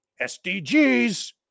SDGs